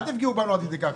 אל תפגעו בנו עד כדי כך.